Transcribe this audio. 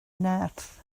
nerth